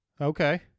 Okay